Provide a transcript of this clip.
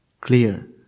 clear